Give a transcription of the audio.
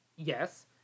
Yes